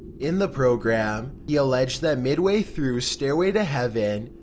in the program, he alleged that midway through stairway to heaven,